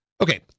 Okay